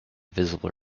visible